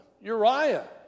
Uriah